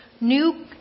new